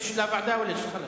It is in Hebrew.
אני מסתפק,